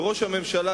וראש הממשלה,